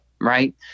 right